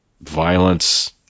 Violence